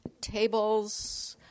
tables